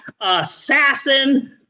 Assassin